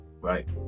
Right